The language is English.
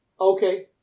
Okay